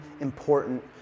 important